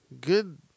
good